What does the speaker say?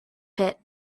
pit